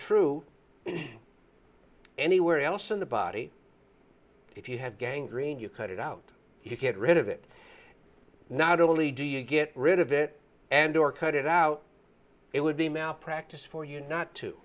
true anywhere else in the body if you have gang green you cut it out if you get rid of it not only do you get rid of it and or cut it out it would be malpractise for you not to